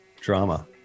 drama